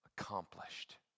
accomplished